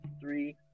three